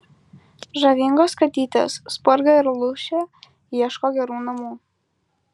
žavingos katytės spurga ir lūšė ieško gerų namų